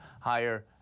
higher